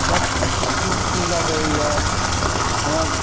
सब सुन्दर रहैया हमर